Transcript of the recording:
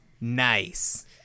nice